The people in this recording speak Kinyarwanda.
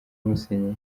musenyeri